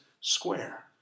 square